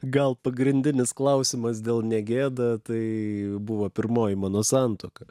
gal pagrindinis klausimas dėl ne gėda tai buvo pirmoji mano santuoka